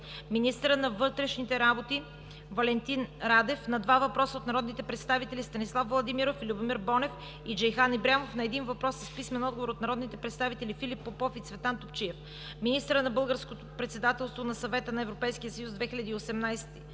министърът на вътрешните работи Валентин Радев – на два въпроса от народните представители Станислав Владимиров и Любомир Бонев; и Джейхан Ибрямов и на един въпрос с писмен отговор от народните представители Филип Попов и Цветан Топчиев; - министърът за българското председателство на Съвета на Европейския съюз 2018